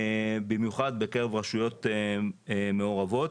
במיוחד בקרב רשויות מעורבות,